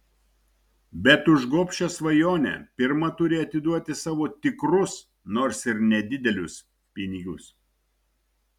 bet už gobšią svajonę pirma turi atiduoti savo tikrus nors ir nedidelius pinigus